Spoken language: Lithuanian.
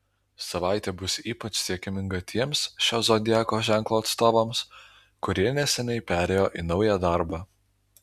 savaitė bus ypač sėkminga tiems šio zodiako ženklo atstovams kurie neseniai perėjo į naują darbą